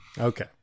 Okay